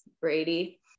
Brady